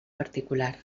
particular